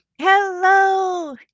Hello